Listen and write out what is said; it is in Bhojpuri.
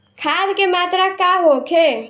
खाध के मात्रा का होखे?